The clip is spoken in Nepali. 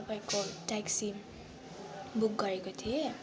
तपाईँको ट्याक्सी बुक गरेको थिएँ